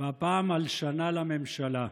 והפעם על שנה לממשלה.